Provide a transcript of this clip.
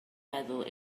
meddwl